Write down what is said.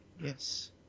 Yes